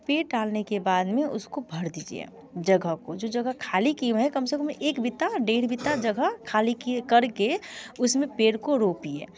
पेड़ डालने के बाद में उसको भर दीजिए जगह को जो जगह खाली किये हुए हैं कम से कम एक बित्ता टेढ़ बित्ता जगह खाली किये करके उसमें पेड़ को रोपिए